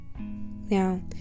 Now